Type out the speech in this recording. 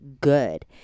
good